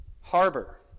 harbor